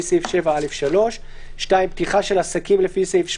סעיף 7(א)(3); (2)פתיחה של עסקים לפי סעיף 8,